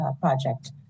Project